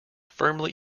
firmly